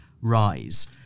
rise